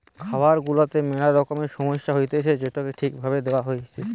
খামার গুলাতে মেলা রকমের সমস্যা হতিছে যেটোকে ঠিক ভাবে দেখতে হয়